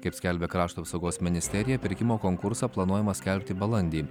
kaip skelbia krašto apsaugos ministerija pirkimo konkursą planuojama skelbti balandį